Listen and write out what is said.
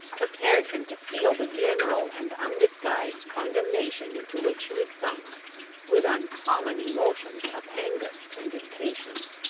prepared him to feel the general and undisguised condemnation into which he was sunk with uncommon emotions of anger and impatience.